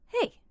hey